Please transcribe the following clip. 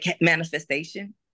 manifestation